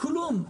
לא עשו כלום.